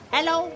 Hello